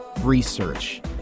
research